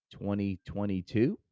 2022